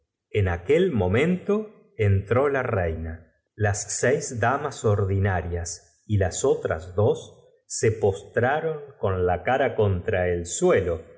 en aquel momento entró la reina las princesaf levantóse lanzando un grito de seis damas ordinarias y las otras dos se terror al grito despertó todo ol mundo postraron con la cara contra el suelo